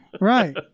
Right